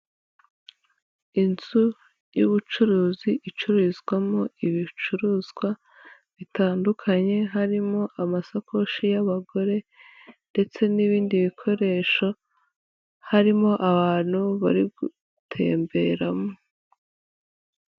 Inzu y'ubucuruzi icururizwamo ibicuruzwa bitandukanye, harimo amasakoshi y'abagore ndetse n'ibindi bikoresho, harimo abantu bari gutemberamo.